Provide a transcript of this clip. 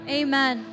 amen